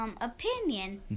opinion